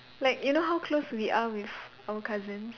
like you know how close we are with our cousins